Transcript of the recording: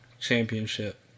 championship